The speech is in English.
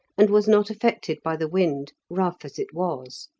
and was not affected by the wind, rough as it was.